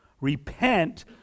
Repent